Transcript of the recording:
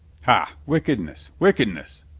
ha, wickedness! wickedness!